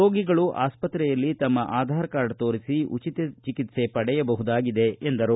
ರೋಗಿಗಳು ಆಸ್ಪತ್ರೆಯಲ್ಲಿ ತಮ್ನ ಆಧಾರ್ ಕಾರ್ಡ್ ತೋರಿಸಿ ಉಚಿತ ಚಿಕಿತ್ಸೆ ಪಡೆಯಬಹುದಾಗಿದೆ ಎಂದರು